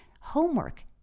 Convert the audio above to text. Homework